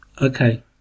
Okay